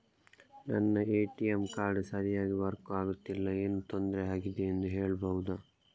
ನನ್ನ ATM card ಸರಿಯಾಗಿ work ಆಗುತ್ತಿಲ್ಲ, ಏನು ತೊಂದ್ರೆ ಆಗಿದೆಯೆಂದು ಹೇಳ್ಬಹುದಾ?